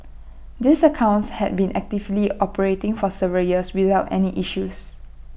these accounts had been actively operating for several years without any issues